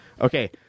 Okay